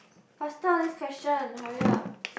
faster next question hurry up